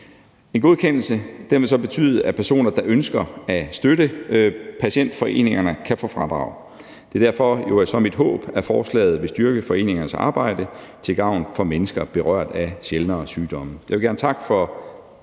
En godkendelse vil så betyde, at personer, der ønsker at støtte patientforeningerne, kan få fradrag. Det er jo så derfor mit håb, at forslaget vil styrke foreningernes arbejde til gavn for mennesker berørt af sjældnere sygdomme.